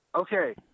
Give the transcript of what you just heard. Okay